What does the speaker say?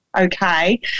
okay